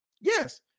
yes